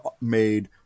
made